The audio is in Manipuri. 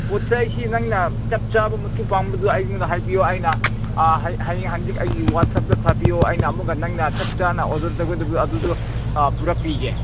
ꯄꯣꯠ ꯆꯩꯁꯤ ꯅꯪꯅ ꯆꯞ ꯆꯥꯕ ꯃꯆꯨ ꯄꯥꯝꯕꯗꯨ ꯑꯩꯉꯣꯟꯗ ꯍꯥꯏꯕꯨꯌꯣ ꯑꯩꯅ ꯍꯌꯦꯡ ꯍꯥꯡꯆꯤꯠ ꯑꯩꯒꯤ ꯋꯥꯠꯆꯞꯇ ꯊꯥꯕꯤꯌꯣ ꯑꯩꯅ ꯑꯃꯨꯛꯀ ꯅꯪꯅ ꯆꯞ ꯆꯥꯅ ꯑꯣꯗꯔ ꯇꯧꯒꯗꯕꯗꯣ ꯑꯗꯨꯗꯣ ꯄꯨꯔꯛꯄꯤꯒꯦ